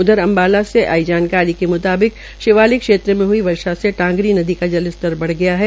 उधर अम्बाला से आई जानकारी के म्ताबिक शिवालिक क्षेत्र में हई वर्षा से टांगरी नदी का जल स्तर भी बढ़ गया है